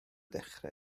dechrau